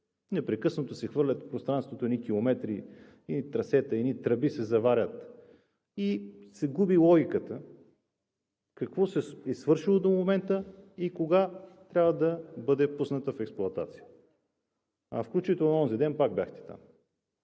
непрекъснато се хвърлят в пространството едни километри, едни трасета, едни тръби се заваряват и се губи логиката. Какво се е свършило до момента и кога трябва да бъде пусната в експлоатация? А включително онзи ден пак бяхте там.